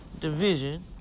division